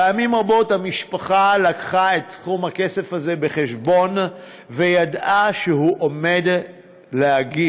פעמים רבות המשפחה לקחה את סכום הכסף הזה בחשבון וידעה שהוא עומד להגיע.